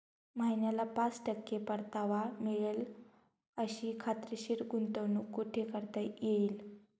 महिन्याला पाच टक्के परतावा मिळेल अशी खात्रीशीर गुंतवणूक कुठे करता येईल?